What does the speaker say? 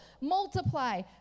multiply